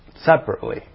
separately